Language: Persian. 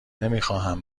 نمیخواهم